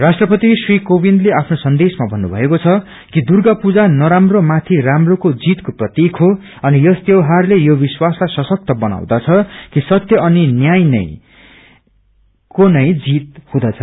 राष्ट्रपति श्री कोविन्दले आफ्नो सन्देशमा मन्नुभयो कि दुग्र पूजा नराम्रो माथि राम्रोको जीतको प्रतिक हो अनि यस लौहारले यो विश्वासलाइ सशक्त बनाउँदछ कि सत्य अनि न्यायको नै जीत हुँदछ